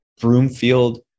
Broomfield